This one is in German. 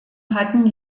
hatten